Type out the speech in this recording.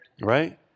Right